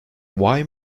why